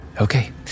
Okay